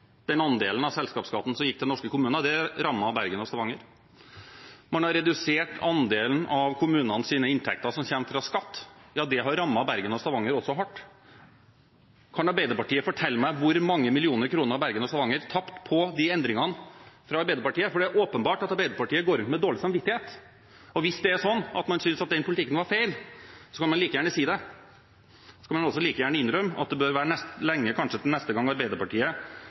den rød-grønne regjeringen fjernet man den andelen av selskapsskatten som gikk til norske kommuner, og det rammet Bergen og Stavanger. Man har redusert andelen av kommunenes inntekter som kommer fra skatt. Det har også rammet Bergen og Stavanger hardt. Kan Arbeiderpartiet fortelle meg hvor mange millioner kroner Bergen og Stavanger tapte på de endringene? For det er åpenbart at Arbeiderpartiet går rundt med dårlig samvittighet. Og hvis det er sånn at man synes at den politikken var feil, kan man like gjerne si det og innrømme at det bør være lenge til neste gang Arbeiderpartiet